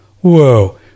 Whoa